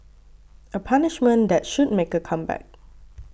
a punishment that should make a comeback